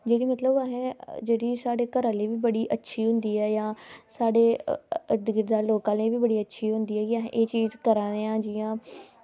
जेह्ड़ी मतलब साढ़े घरै ताहीं बी अच्छी होंदी ऐ साढ़े विद्यालय ताहीं बी अच्छी होंदी ऐ कि अस एह् करा दे आं